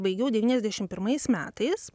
baigiau devyniasdešim pirmais metais